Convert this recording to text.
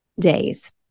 days